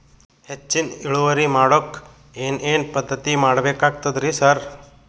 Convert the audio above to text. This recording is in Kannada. ಹೆಚ್ಚಿನ್ ಇಳುವರಿ ಮಾಡೋಕ್ ಏನ್ ಏನ್ ಪದ್ಧತಿ ಮಾಡಬೇಕಾಗ್ತದ್ರಿ ಸರ್?